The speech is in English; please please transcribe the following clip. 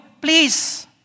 please